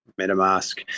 Metamask